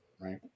right